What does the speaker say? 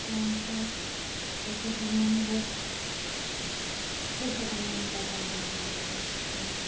चाहिन्छ पैसा कमाउनुलाई पैसा कमाउनुलाई बाहिरतिर जानुपर्छ